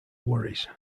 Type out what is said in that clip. worries